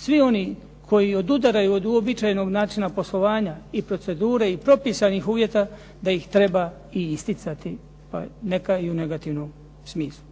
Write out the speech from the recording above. svi oni koji odudaraju od uobičajenog načina poslovanja, i procedura i propisanih uvjeta da ih treba i isticati, pa neka i u negativnom smislu.